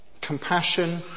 compassion